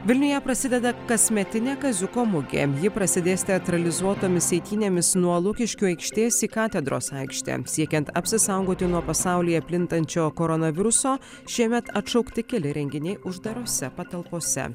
vilniuje prasideda kasmetinė kaziuko mugė ji prasidės teatralizuotomis eitynėmis nuo lukiškių aikštės į katedros aikštę siekiant apsisaugoti nuo pasaulyje plintančio koronaviruso šiemet atšaukti keli renginiai uždarose patalpose